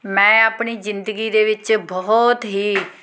ਮੈਂ ਆਪਣੀ ਜ਼ਿੰਦਗੀ ਦੇ ਵਿੱਚ ਬਹੁਤ ਹੀ